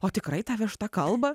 o tikrai ta višta kalba